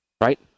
Right